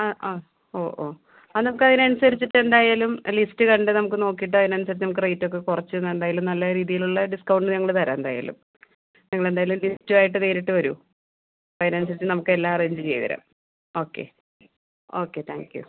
അ ആ ഒ ഓ അത് നമുക്കയിനനുസരിച്ചിട്ട് എന്തായാലും ലിസ്റ്റ് കണ്ട് നമുക്ക് നോക്കീട്ട് അതിനനുസരിച്ച് റേറ്റൊക്കെ കുറച്ച് എന്തായാലും നല്ല രീതിയിലുള്ള ഡിസ്കൗണ്ട് ഞങ്ങൾ തരാം എന്തായാലും നിങ്ങളെന്തായാലും ലിസ്റ്റുവായിട്ട് നേരിട്ട് വരൂ അപ്പയിനനുസരിച്ച് നമുക്കെല്ലാം അറേഞ്ച് ചെയ്ത് തരാം ഓക്കെ ഓക്കെ താങ്ക് യൂ